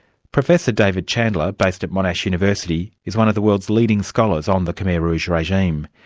professor david chandler, based at monash university, is one of the world's leading scholars on the khmer rouge regime.